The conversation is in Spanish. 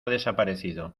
desaparecido